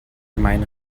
mein